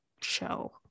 show